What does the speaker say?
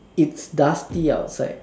it's dusty outside